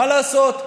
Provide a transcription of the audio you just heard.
מה לעשות?